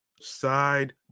side